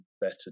better